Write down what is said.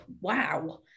wow